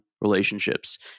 relationships